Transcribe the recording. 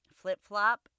Flip-flop